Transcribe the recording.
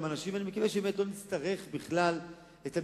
אני מקווה שבאמת לא נצטרך בכלל את המקלטים.